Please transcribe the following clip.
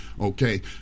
Okay